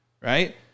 right